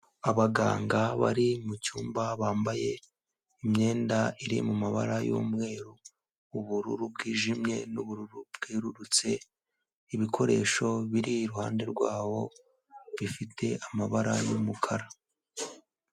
Abaganga bari mu cyumba bambaye imyenda iri mu mabara y'umweru, ubururu bwijimye n'ubururu bwerurutse, ibikoresho biri iruhande rwabo, bifite amabara y'umukara.